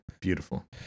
Beautiful